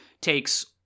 takes